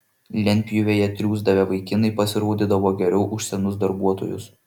lentpjūvėje triūsdavę vaikinai pasirodydavo geriau už senus darbuotojus